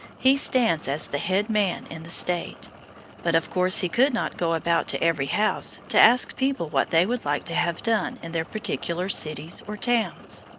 he stands as the head man in the state but of course he could not go about to every house to ask people what they would like to have done in their particular cities or towns.